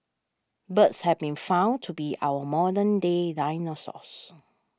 birds have been found to be our modern day dinosaurs